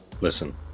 Listen